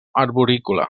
arborícola